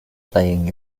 playing